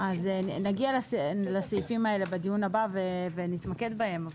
אז נגיע לסעיפים האלה בדיון הבא ונתמקד בהם.